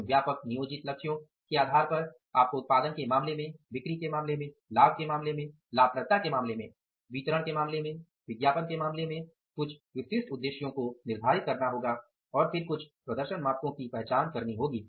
उन व्यापक नियोजित लक्ष्यों के आधार पर आपको उत्पादन के मामले में बिक्री के मामले में लाभ के मामले में लाभप्रदता के मामले में वितरण के मामले में विज्ञापन के मामले में कुछ विशिष्ट उद्देश्यों को निर्धारित करना होगा और फिर कुछ प्रदर्शन मापकों की पहचान करनी होगी